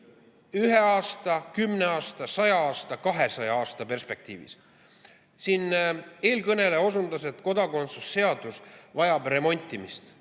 ühe aasta, kümne aasta, saja aasta või kahesaja aasta perspektiivis. Eelkõneleja osutas, et kodakondsuse seadus vajab remontimist.